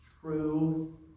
true